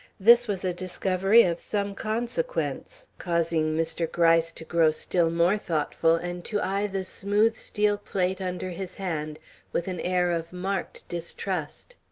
this was a discovery of some consequence, causing mr. gryce to grow still more thoughtful and to eye the smooth steel plate under his hand with an air of marked distrust.